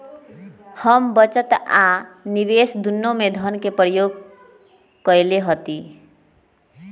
हम बचत आ निवेश दुन्नों में धन के प्रयोग कयले हती